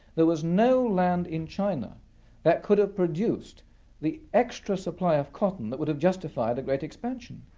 there was no land in china that could have produced the extra supply of cotton that would have justified a great expansion.